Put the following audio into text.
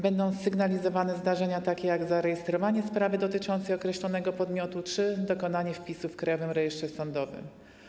Będą sygnalizowane zdarzenia takie jak zarejestrowanie sprawy dotyczącej określonego podmiotu czy dokonanie wpisu w Krajowym Rejestrze Sądowym.